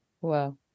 Wow